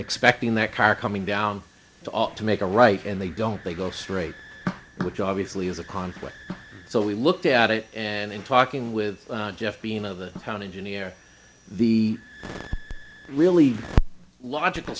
expecting that car coming down to make a right and they don't they go straight which obviously is a conflict so we looked at it and in talking with jeff being of the town engineer the really logical